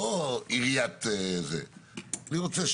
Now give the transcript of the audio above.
אני רוצה,